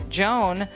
joan